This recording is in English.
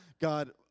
God